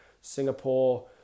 Singapore